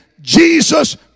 Jesus